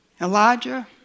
Elijah